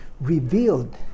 revealed